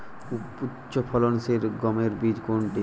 উচ্চফলনশীল গমের বীজ কোনটি?